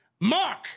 mark